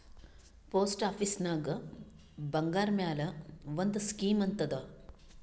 post ಆಫೀಸ್ನಾಗ್ ಬಂಗಾರ್ ಮ್ಯಾಲ ಒಂದ್ ಸ್ಕೀಮ್ ಅಂತ್ ಅದಾ